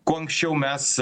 kuo anksčiau mes